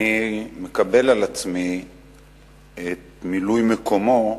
אני מקבל על עצמי את מילוי מקומו,